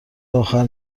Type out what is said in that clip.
آخر